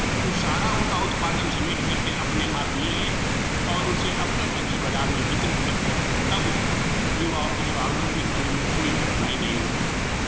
वो सारा उनका उत्पादन समेट कर के अपने हाथ ले लें और उसे अपने ढंग से बाज़ार में वितरित कर दें तब युवाओं को स्वाबलंबी होने में कोई कठिनाई नहीं होगी